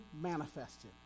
manifested